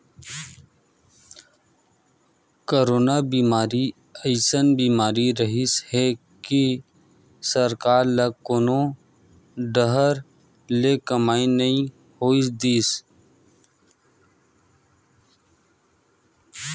corona बेमारी अइसन बीमारी रिहिस हे कि सरकार ल कोनो डाहर ले कमई नइ होवन दिस